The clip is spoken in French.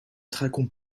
trinquons